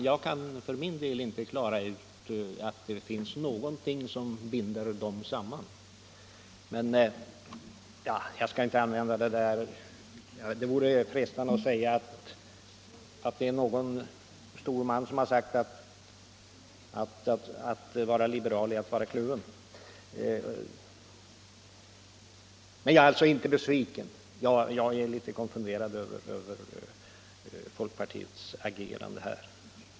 För min del kan jag inte klara ut att det finns någonting som binder dem samman. Det vore frestande att erinra om att någon stor man har sagt: ”Att vara liberal är att vara kluven.” Jag är alltså inte besviken, bara litet konfunderad över folkpartiets agerande.